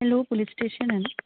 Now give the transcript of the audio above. hello police स्टेशनान